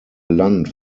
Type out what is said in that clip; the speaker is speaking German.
land